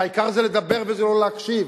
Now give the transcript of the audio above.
והעיקר זה לדבר וזה לא להקשיב,